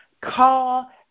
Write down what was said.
call